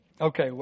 Okay